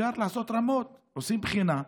אפשר לעשות רמות, עושים בחינה,